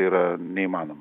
yra neįmanoma